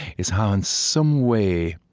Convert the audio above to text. is how in some way